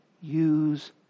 use